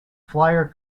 flyer